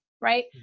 right